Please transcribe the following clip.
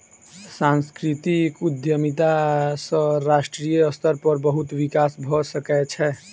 सांस्कृतिक उद्यमिता सॅ राष्ट्रीय स्तर पर बहुत विकास भ सकै छै